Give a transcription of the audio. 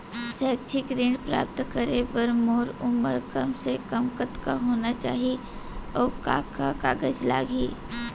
शैक्षिक ऋण प्राप्त करे बर मोर उमर कम से कम कतका होना चाहि, अऊ का का कागज लागही?